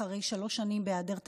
אחרי שלוש שנים בהיעדר תקציב,